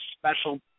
special